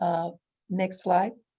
next slide,